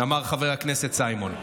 אמר חבר הכנסת סיימון.